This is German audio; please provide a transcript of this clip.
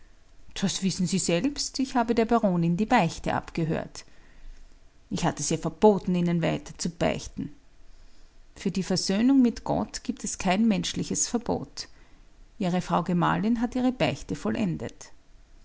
das wissen sie selbst ich habe der baronin die beichte abgehört ich hatt es ihr verboten ihnen weiter zu beichten für die versöhnung mit gott gibt es kein menschliches verbot ihre frau gemahlin hat ihre beichte vollendet